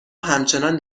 همچنان